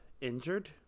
injured